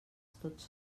tots